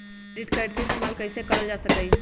Credit card के इस्तेमाल कईसे करल जा लई?